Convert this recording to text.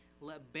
Let